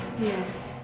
ya